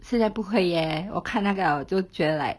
现在不会耶我看那个我就觉得 like